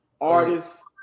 artists